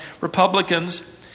Republicans